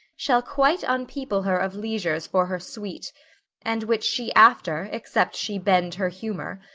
shall quite unpeople her of leigers for her sweet and which she after, except she bend her humour,